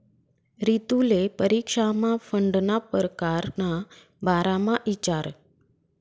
रितुले परीक्षामा फंडना परकार ना बारामा इचारं